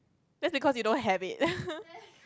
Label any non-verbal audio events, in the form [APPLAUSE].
that's because you don't have it [LAUGHS]